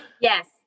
Yes